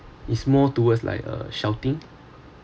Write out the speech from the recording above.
it's more towards like uh shouting